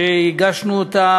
הגשנו אותה,